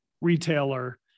retailer